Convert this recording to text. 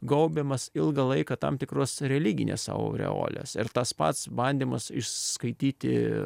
gaubiamas ilgą laiką tam tikros religinės aureolės ir tas pats bandymas išskaityti